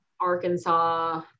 arkansas